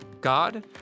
God